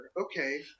Okay